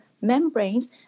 membranes